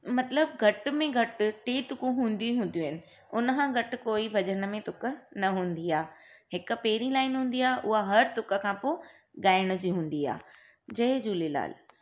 मतिलबु घटि में घटि टे तुकूं हूंदी ई हूंदियूं आहिनि हुनखां घटि कोई भॼनि में तुक न हूंदी आहे हिकु पहिरीं लाइन हूंदी आहे उहा हर तुक खां पोइ ॻाइण जी हूंदी आहे जय झूलेलाल